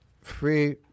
free